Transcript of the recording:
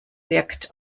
wirkt